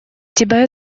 тебя